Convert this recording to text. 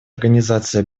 организация